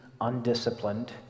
undisciplined